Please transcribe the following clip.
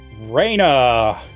Reina